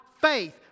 faith